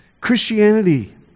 Christianity